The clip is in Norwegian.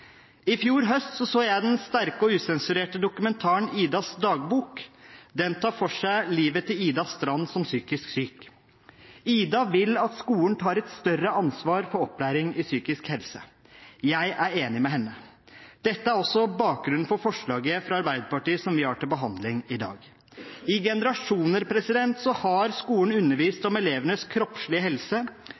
I fjor høst så jeg den sterke og usensurerte dokumentaren «Idas dagbok». Den tar for seg livet til Ida Strand som psykisk syk. Ida vil at skolen tar et større ansvar for opplæring i psykisk helse. Jeg er enig med henne. Dette er også bakgrunnen for forslaget fra Arbeiderpartiet som vi har til behandling i dag. I generasjoner har skolen undervist om elevenes kroppslige helse.